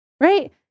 Right